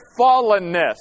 fallenness